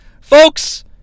Folks